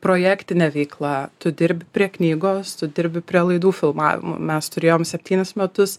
projektinė veikla tu dirbi prie knygos tu dirbi prie laidų filmavimų mes turėjom septynis metus